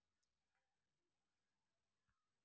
పంటల ఉత్పత్తిలో తేమ శాతంను ఎలా నిర్ధారించవచ్చు?